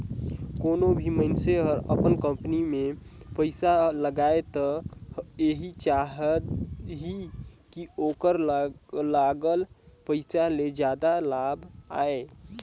कोनों भी मइनसे हर अपन कंपनी में पइसा लगाही त एहि चाहही कि ओखर लगाल पइसा ले जादा लाभ आये